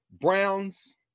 Brown's